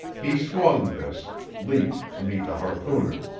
he swung this, leaped to meet the harpooner.